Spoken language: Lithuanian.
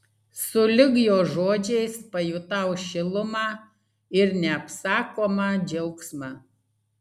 sulig jo žodžiais pajutau šilumą ir neapsakomą džiaugsmą